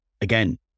again